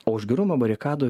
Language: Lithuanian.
o už gerumo barikadų